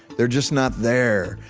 they're just not there.